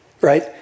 right